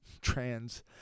trans